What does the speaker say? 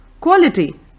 quality